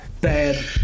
bad